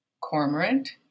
Cormorant